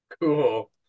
Cool